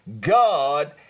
God